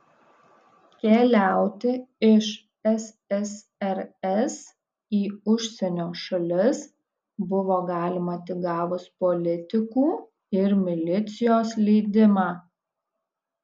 keliauti iš ssrs į užsienio šalis buvo galima tik gavus politikų ir milicijos leidimą